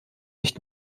nicht